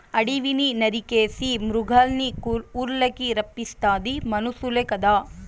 అడివిని నరికేసి మృగాల్నిఊర్లకి రప్పిస్తాది మనుసులే కదా